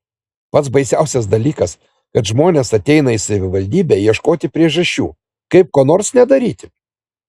pats baisiausias dalykas kad žmonės ateina į savivaldybę ieškoti priežasčių kaip ko nors nedaryti